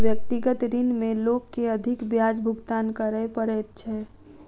व्यक्तिगत ऋण में लोक के अधिक ब्याज भुगतान करय पड़ैत छै